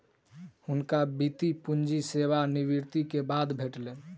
हुनका वृति पूंजी सेवा निवृति के बाद भेटलैन